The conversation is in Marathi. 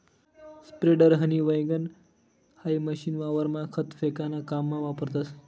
स्प्रेडर, हनी वैगण हाई मशीन वावरमा खत फेकाना काममा वापरतस